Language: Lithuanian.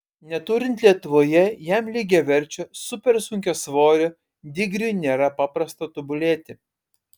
neturint lietuvoje jam lygiaverčio supersunkiasvorio digriui nėra paprasta tobulėti